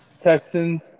Texans